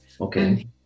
Okay